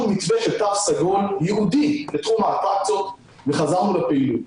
מתווה של תו סגול ייעודי בתחום האטרקציות וחזרנו לפעילות.